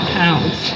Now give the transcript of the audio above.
pounds